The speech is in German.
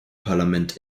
parlament